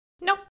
Nope